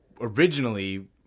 originally